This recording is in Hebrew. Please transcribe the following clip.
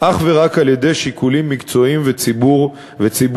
אך ורק משיקולים מקצועיים וציבוריים.